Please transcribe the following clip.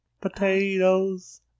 Potatoes